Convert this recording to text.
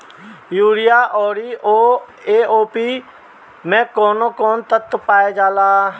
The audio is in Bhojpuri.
यरिया औरी ए.ओ.पी मै कौवन कौवन तत्व पावल जाला?